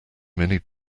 many